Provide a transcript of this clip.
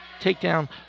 takedown